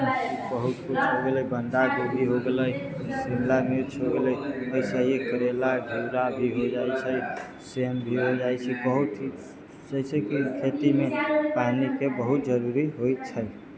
बहुत कुछ हो गेलै बंधा कोभी हो गेलै शिमला मिर्च हो गेलै एहिसे ही करैला घियुरा भी हो जाइ छै सिम भी हो जाइ छै बहुत किछु जैसेकी खेती मे पानी के बहुत जरूरी होइ छै